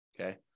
Okay